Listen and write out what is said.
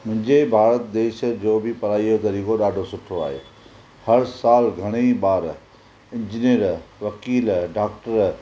मुंहिंजे भारत देश जो बि पढ़ाईअ जो तरीक़ो ॾाढो सुठो आहे हर साल घणाई ॿार इंजीनियर वकील डॉक्टर